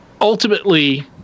ultimately